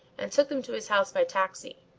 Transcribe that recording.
and took them to his house by taxi.